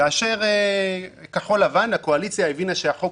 כאשר כחול לבן הקואליציה הבינה שהחוק